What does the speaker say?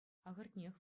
ахӑртнех